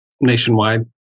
nationwide